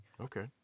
Okay